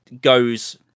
goes